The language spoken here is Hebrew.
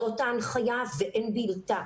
זאת ההנחיה ואין בלתה.